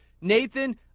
Nathan